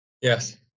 Yes